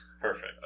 Perfect